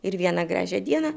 ir vieną gražią dieną